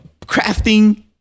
Crafting